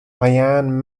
ian